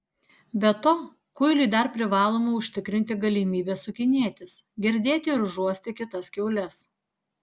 be to kuiliui dar privaloma užtikrinti galimybę sukinėtis girdėti ir užuosti kitas kiaules